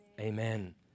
Amen